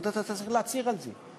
אז אתה צריך להצהיר על זה.